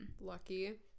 Lucky